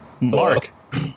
Mark